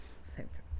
sentence